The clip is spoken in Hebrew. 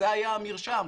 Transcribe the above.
זה היה המרשם.